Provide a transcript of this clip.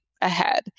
ahead